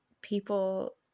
people